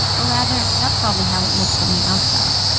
or rather, that's probably how it looked from the outside.